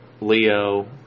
Leo